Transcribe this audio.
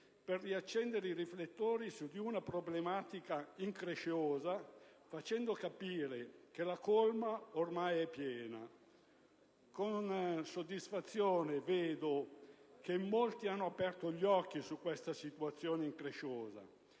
per riaccendere i riflettori su di una problematica incresciosa facendo capire che la misura ormai è colma. Noto con soddisfazione che molti hanno aperto gli occhi su questa situazione incresciosa,